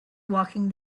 walking